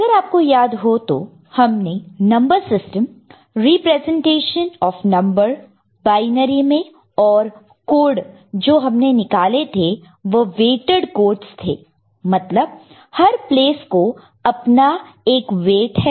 अगर आपको याद हो तो हमने number system representation of number binary में और कोड जो हमने निकाले थे वह वेट्इड कोडस थे मतलब हर प्लेस को अपना एक वेट् है